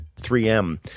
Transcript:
3m